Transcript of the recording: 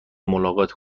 ملاقات